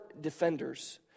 defenders